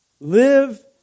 live